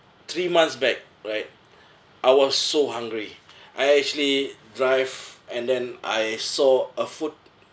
three months back right I was so hungry I actually drive and then I saw a food